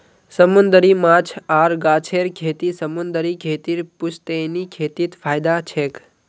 समूंदरी माछ आर गाछेर खेती समूंदरी खेतीर पुश्तैनी खेतीत फयदा छेक